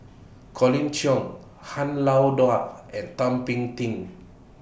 Colin Cheong Han Lao and Thum Ping Tjin